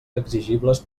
exigibles